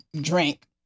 drink